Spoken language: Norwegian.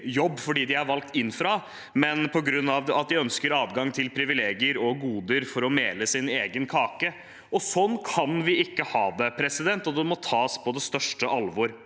for dem de er valgt inn for, men på grunn av at de ønsker adgang til privilegier og goder for å mele sin egen kake. Sånn kan vi ikke ha det, og det må tas på det største alvor.